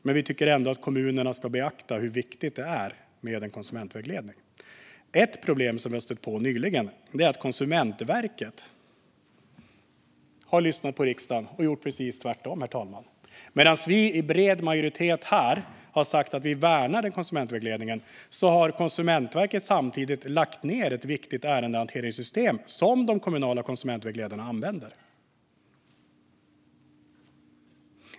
Men vi tycker ändå att kommunerna ska beakta hur viktigt det är med konsumentvägledning. Ett problem som vi har stött på nyligen är att Konsumentverket har lyssnat på riksdagen och gjort precis tvärtom, herr talman. Medan vi här i bred majoritet har sagt att vi värnar konsumentvägledningen har Konsumentverket samtidigt lagt ned ett viktigt ärendehanteringssystem som de kommunala konsumentvägledarna använde.